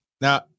Now